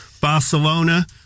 Barcelona